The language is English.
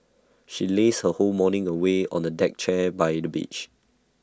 she lazed her whole morning away on A deck chair by the beach